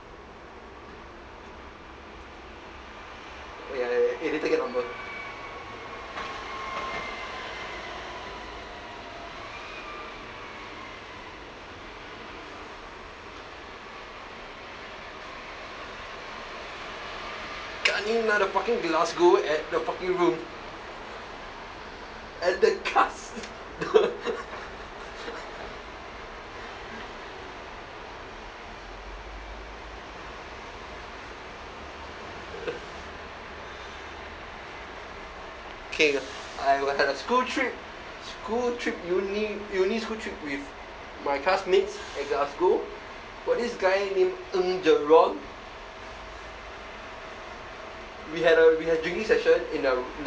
oh ya ya eh later get number kanina the fucking glasgow at the fucking room and the cast the kay I will had a school trip school trip uni uni school trip with my classmates at our school got this guy name ng jerong we had a we had drinking session in a in the